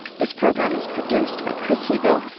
this program is produced by chris heagle,